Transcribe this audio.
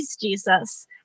Jesus